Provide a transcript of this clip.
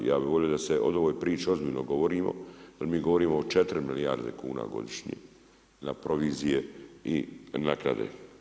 Ja bi volio o ovoj priči ozbiljno govorimo jel mi govorimo o 4 milijarde kuna godišnje na provizije i naknade.